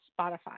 Spotify